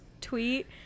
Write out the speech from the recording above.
tweet